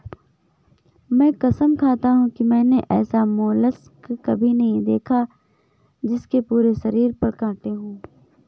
मैं कसम खाता हूँ कि मैंने ऐसा मोलस्क कभी नहीं देखा जिसके पूरे शरीर पर काँटे हों